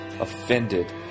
offended